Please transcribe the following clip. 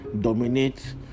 dominate